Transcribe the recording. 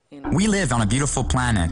ארוך, לטובת הקהל.